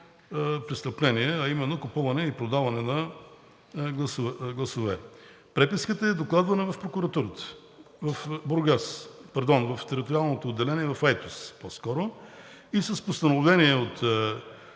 престъпление, а именно: купуване и продаване на гласове. Преписката е докладвана в прокуратурата в териториалното поделение в Айтос и с постановление на